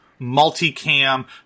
multicam